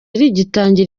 rigitangira